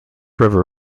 river